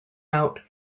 out